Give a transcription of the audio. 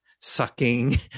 sucking